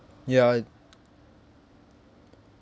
ya